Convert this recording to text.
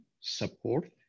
support